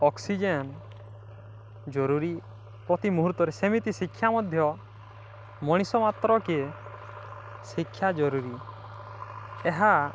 oxygen ଜରୁରୀ ପ୍ରତି ମୁହୂର୍ତ୍ତରେ ସେମିତି ଶିକ୍ଷା ମଧ୍ୟ ମଣିଷ ମାତ୍ରକେ ଶିକ୍ଷା ଜରୁରୀ ଏହା